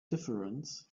difference